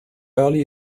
early